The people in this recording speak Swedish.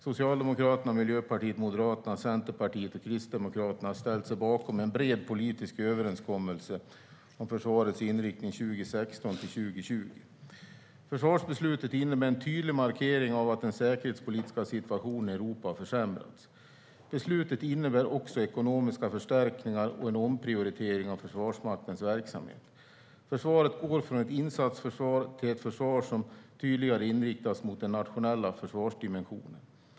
Socialdemokraterna, Miljöpartiet, Moderaterna, Centerpartiet och Kristdemokraterna har ställt sig bakom en bred politisk överenskommelse om försvarets inriktning 2016-2020. Försvarsbeslutet innebär en tydlig markering av att den säkerhetspolitiska situationen i Europa har försämrats. Beslutet innebär också ekonomiska förstärkningar och en omprioritering av Försvarsmaktens verksamhet. Försvaret går från ett insatsförsvar till ett försvar som tydligare inriktas mot den nationella försvarsdimensionen.